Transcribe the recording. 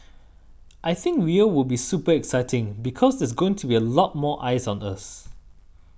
I think Rio will be super exciting because there's going to be a lot more eyes on us